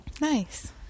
nice